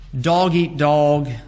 dog-eat-dog